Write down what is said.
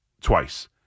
twice